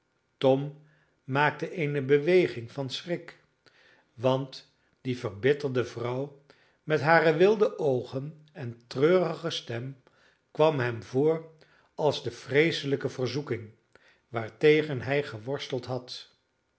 tom maakte eene beweging van schrik want die verbitterde vrouw met hare wilde oogen en treurige stem kwam hem voor als de vreeselijke verzoeking waartegen hij geworsteld had